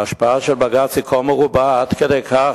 ההשפעה של בג"ץ היא מרובה עד כדי כך,